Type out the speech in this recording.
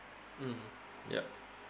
mm yup